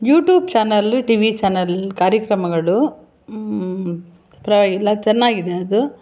YouTube channel T V channel ಕಾರ್ಯಕ್ರಮಗಳು ಪ್ರ ಇಲ್ಲ ಚೆನ್ನಾಗಿದೆ ಅದು